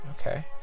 okay